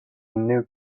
new